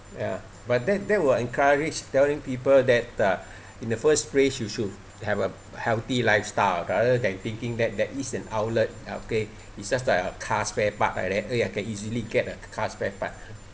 ya but that that will encourage telling people that ah in the first place you should have a healthy lifestyle rather than thinking that there is an outlet okay it's just like a car spare part like that !aiya! can easily get a car spare part